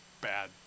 bad